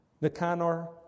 Nicanor